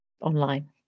online